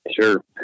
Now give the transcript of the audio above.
Sure